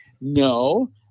No